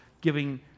giving